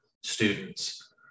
students